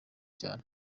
cyane